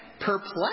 perplexed